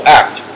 act